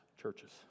churches